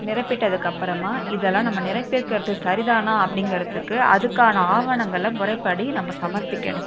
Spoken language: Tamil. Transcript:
நிரப்பிட்டதுக்கப்பறமாக இதெல்லாம் நம்ம நிரப்பிக்கறது சரிதானா அப்படிங்கறதுக்கு அதுக்கான ஆவணங்களை முறைப்படி நம்ம சமர்ப்பிக்கணும்